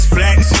Flex